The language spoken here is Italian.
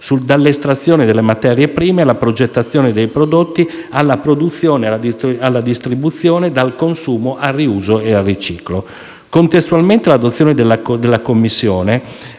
dall'estrazione delle materie prime alla progettazione dei prodotti, alla produzione, alla distribuzione, dal consumo al riuso e al riciclo. Contestualmente all'adozione del pacchetto